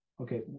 Okay